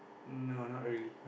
no not really